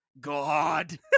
God